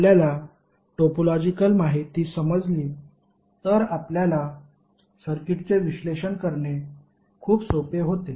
म्हणून जर आपल्याला टोपोलॉजिकल माहिती समजली तर आपल्याला सर्किटचे विश्लेषण करणे खूप सोपे होते